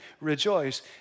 Rejoice